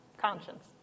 Conscience